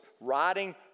writing